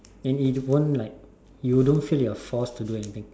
and it won't like you don't feel that you are forced to do anything